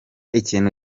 ikintu